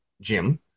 Jim